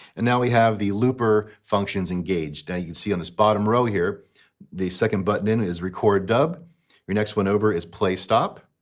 and now we have the looper functions engaged. and you can see on this bottom row here the second button is record dub your next one over is play stop.